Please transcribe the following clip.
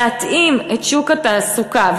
ולהתאים את שוק התעסוקה,